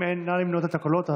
אם אין, נא למנות את הקולות.